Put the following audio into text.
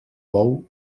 bou